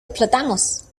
explotamos